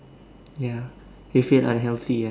ya you feel unhealthy ah